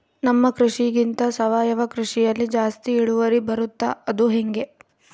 ನಮ್ಮ ಕೃಷಿಗಿಂತ ಸಾವಯವ ಕೃಷಿಯಲ್ಲಿ ಜಾಸ್ತಿ ಇಳುವರಿ ಬರುತ್ತಾ ಅದು ಹೆಂಗೆ?